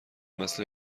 مثل